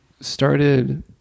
started